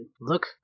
look